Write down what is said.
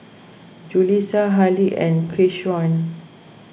Julissa Hallie and Keyshawn